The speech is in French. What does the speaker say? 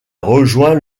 rejoint